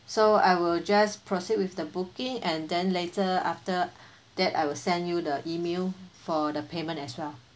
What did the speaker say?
so I will just proceed with the booking and then later after that I will send you the email for the payment as well